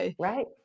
Right